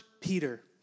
Peter